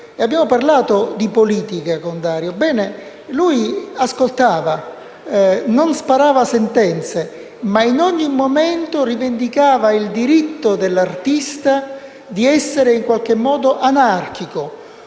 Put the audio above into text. Abbiamo parlato di politica con Dario Fo; lui ascoltava, non sparava sentenze, ma in ogni momento rivendicava il diritto dell'artista di essere in qualche modo anarchico,